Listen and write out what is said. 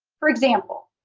for example,